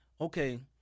okay